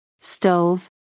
Stove